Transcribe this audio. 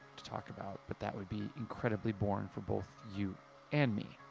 to talk about. but that would be incredibly boring for both you and me.